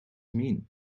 mean